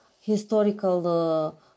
historical